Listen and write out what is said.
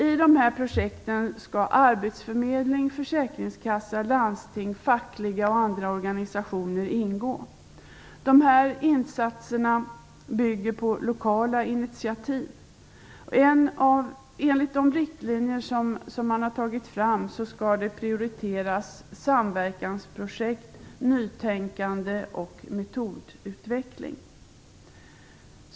I de här projekten skall arbetsförmedling, försäkringskassa, landsting, fackliga och andra organisationer ingå. De här insatserna bygger på lokala initiativ. Enligt de riktlinjer som har tagits fram skall det prioriteras samverkansprojekt, nytänkande och metodutveckling.